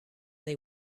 they